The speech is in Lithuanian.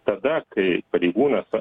tada kai pareigūnas